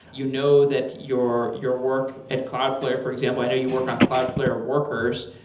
you know that your your work at cloudflare for example, i know you work on cloudflare workers,